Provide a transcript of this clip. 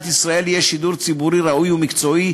ישראל יהיה שידור ציבורי ראוי ומקצועי,